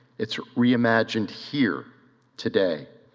it's re-imagined here today.